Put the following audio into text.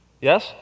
Yes